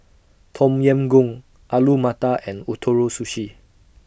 Tom Yam Goong Alu Matar and Ootoro Sushi